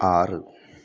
ആറ്